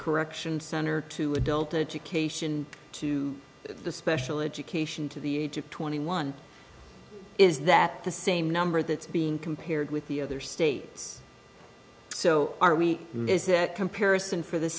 correction center to adult education to the special education to the age of twenty one is that the same number that's being compared with the other states so are we miss that comparison for the